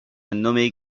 nommé